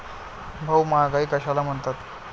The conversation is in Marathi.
भाऊ, महागाई कशाला म्हणतात?